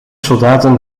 soldaten